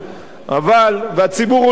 והציבור לא טיפש.